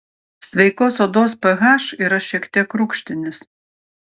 sveikos odos ph yra šiek tiek rūgštinis